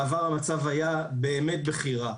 בעבר המצב היה באמת בכי רע.